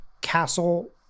castle